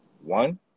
one